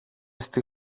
στη